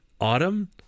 autumn